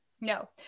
No